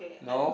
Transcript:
no